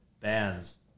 bands